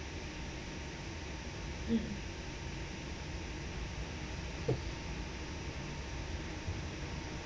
hmm